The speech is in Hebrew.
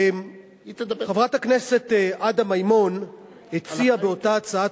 חברת הכנסת עדה מימון הציעה באותה הצעת